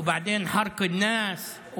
ולאחר מכן שרפת האנשים,